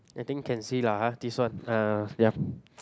I think can see lah !huh! this one uh yeah